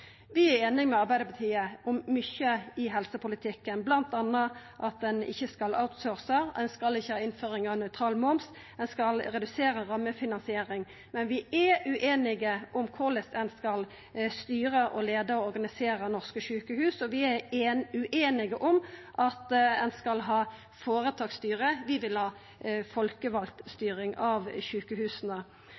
Vi er einige med Arbeidarpartiet om mykje i helsepolitikken, bl.a. at ein ikkje skal outsourca, at ein ikkje skal ha innføring av nøytral moms, at ein skal redusera rammefinansiering, men vi er ueinige om korleis ein skal styra og leia og organisera norske sjukehus, og vi er ueinige når det gjeld om ein skal ha føretaksstyre. Vi vil ha folkevald styring av sjukehusa.